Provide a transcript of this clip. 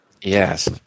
Yes